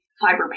fiber